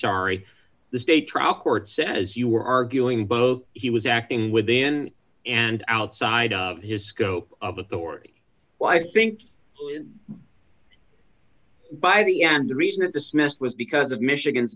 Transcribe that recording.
sorry the state trial court says you were arguing both he was acting within and outside of his scope of authority well i think by the end the reason it dismissed was because of michigan's